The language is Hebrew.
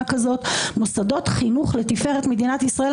כזאת מוסדות חינוך לתפארת מדינת ישראל,